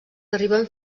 arriben